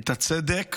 את הצדק